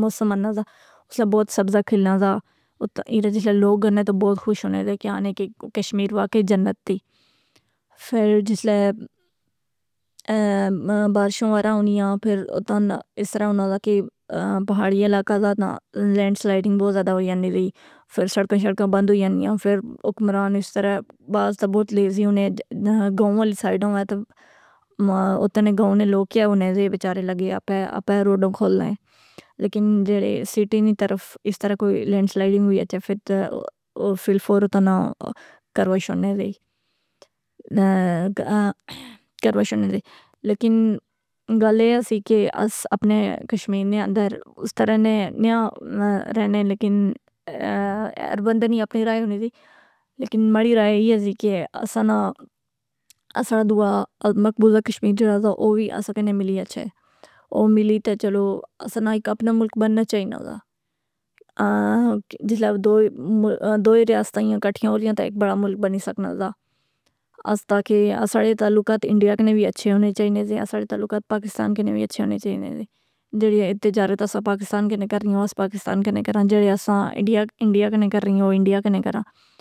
موسم آناں زا اسلے بہت سبزہ کھلنا زا۔ ایر جسلے لوگ آنے تہ بہت خوش ہونے دے کہ آہنے کہ کشمیر واقعی جنت دی۔ فر جسلے بارشوں وغیرہ ہونیاں پھراس طرح ہوناں دا کہ پہاڑی علاقعہ زا نہ لینڈ سلائڈنگ بہت زیادہ ہوئی یانی دی۔ فر سڑکاں شڑکاں بند ہوئی یانیاں فر حکمران اس طرح بعض ،،تہ بہت لیذی ہونے گاؤں والی سائڈوں وے تہ اتھاں نے گاؤں نے لوگ کیا ہونے زے، بیچارے لگے آپے، آپے روڈاں کھولناۓ۔ لیکن جیڑے سیٹی نیں طرف اس طرح کوئی لینڈ سلائڈنگ ہوئی ا ھے فر تہ او فوری طورنال کروائی شوڑنے دی۔ لیکن گل اے اسی کہ اس اپنے کشمیر نے اندر اس طرح نے نیا رہنے لیکن اربندے نی اپنی رائے ہونی دی لیکن ماڑی رائے ایئے زی کہ اساں ناں اساڑا دووا مقبوضہ کشمیر جیڑا دا او وی اساں کنے ملی اچھے۔ او ملی تہ چلو اساں نا ایک اپنا ملک بننا چائینا دا۔ جسلے دوئ ریاستیں اکٹھیاں ہوجئیں تہ ایک بڑا ملک بنی سکناں دا۔ اس تا کہ اساڑے تعلقات انڈیا کنے وی اچھے ہونے چائینے زے، اساڑے تعلقات پاکستان کنے وی اچھے ہونے چائینے زے۔ جیڑی تجارت اساں پاکستان کنے کرنے اواس پاکستان کنے کراں جیڑے اساں انڈیا کنے کرنی او انڈیا کنے کراں۔